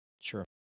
Sure